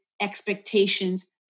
expectations